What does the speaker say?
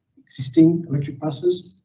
existing electric buses,